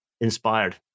Inspired